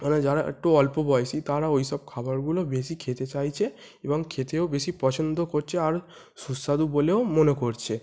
মানে যারা একটু অল্পবয়সী তারা ওইসব খাবারগুলো বেশি খেতে চাইছে এবং খেতেও বেশি পছন্দ করছে আর সুস্বাদু বলেও মনে করছে